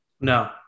No